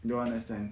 don't understand